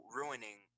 ruining